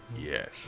Yes